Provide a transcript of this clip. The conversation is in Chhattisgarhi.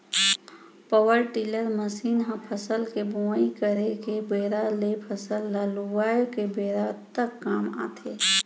पवर टिलर मसीन ह फसल के बोवई करे के बेरा ले फसल ल लुवाय के बेरा तक काम आथे